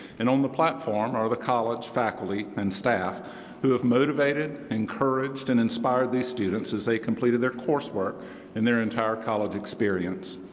and on the platform are the college faculty and staff who have motivated, encouraged and inspired these students as they completed their coursework in their entire college experience.